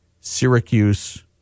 Syracuse